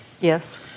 Yes